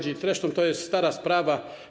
Zresztą to jest stara sprawa.